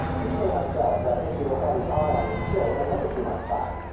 between ourselves i think he will have his eye on me still in another two months' time.